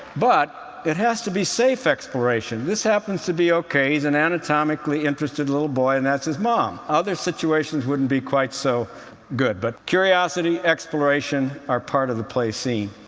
but it has to be safe exploration. this happens to be ok he's an anatomically interested little boy and that's his mom. other situations wouldn't be quite so good. but curiosity, exploration, are part of the play scene.